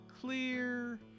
clear